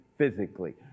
physically